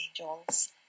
angels